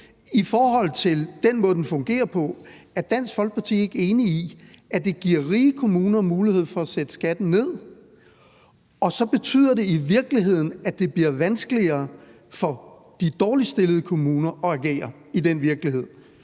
i forhold til den måde, den fungerer på, er Dansk Folkeparti så ikke enige i, at det giver rige kommuner mulighed for at sætte skatten ned, og at det så i virkeligheden betyder, at det bliver vanskeligere for de dårligt stillede kommuner at agere i den virkelighed,